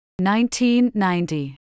1990